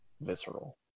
visceral